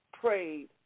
prayed